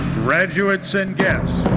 graduates and guests!